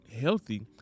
healthy